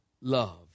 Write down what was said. love